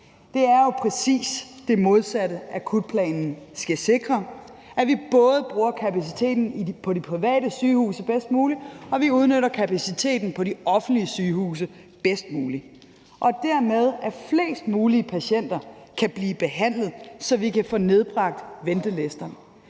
Det er jo præcis det modsatte, akutplanen skal sikre, nemlig at vi både bruger kapaciteten på de private sygehuse bedst muligt, og at vi udnytter kapaciteten på de offentlige sygehuse bedst muligt, og dermed at flest mulige patienter kan blive behandlet, så vi kan få nedbragt ventelisterne.